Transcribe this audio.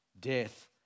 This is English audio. death